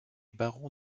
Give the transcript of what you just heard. baron